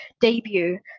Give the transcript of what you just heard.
debut